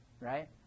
right